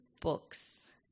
books